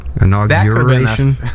Inauguration